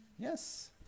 Yes